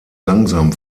langsam